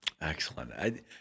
Excellent